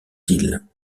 ils